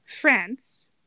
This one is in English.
France